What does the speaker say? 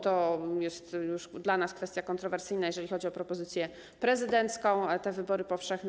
To jest już dla nas kwestia kontrowersyjna, jeżeli chodzi o propozycję prezydencką, te wybory powszechne.